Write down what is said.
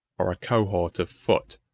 or a cohort of foot.